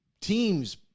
teams